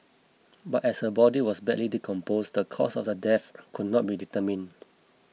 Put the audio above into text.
but as her body was badly decomposed the cause of death could not be determined